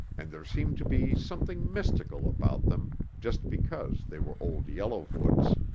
and there seemed to be something mystical about them just because they were old yellowfoot's.